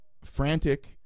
Frantic